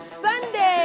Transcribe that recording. Sunday